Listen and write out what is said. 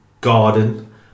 Garden